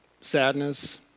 sadness